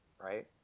right